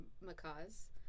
macaws